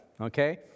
Okay